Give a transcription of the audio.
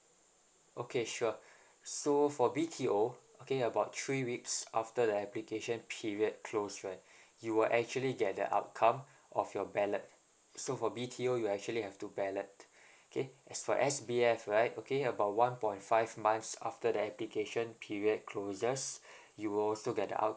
okay sure so for B_T_O okay about three weeks after the application period close right you will actually get the outcome of your ballot so for B_T_O you actually have to ballot okay as for S_B_S right okay about one point five months after that application period closes you will also get a outcome